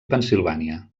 pennsilvània